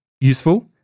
useful